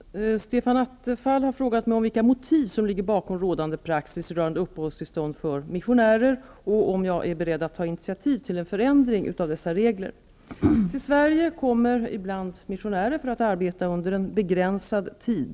Herr talman! Stefan Attefall har frågat mig vilka motiv som ligger bakom rådande praxis rörande uppehållstillstånd för missionärer och om jag är be redd att ta initiativ till en förändring av dessa regler. Till Sverige kommer ibland missionärer för att arbeta under en begränsad tid.